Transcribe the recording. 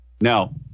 Now